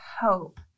hope